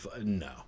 No